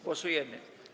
Głosujemy.